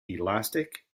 elastic